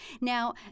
Now